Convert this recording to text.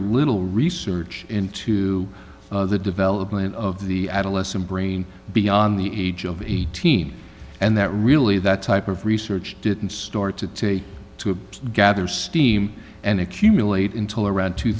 little research into the development of the adolescent brain beyond the age of eighteen and that really that type of research didn't start to take to a gather steam and accumulate until around two